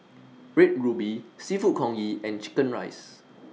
Red Ruby Seafood Congee and Chicken Rice